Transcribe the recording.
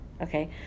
Okay